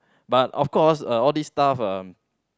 but of course uh all these stuff uh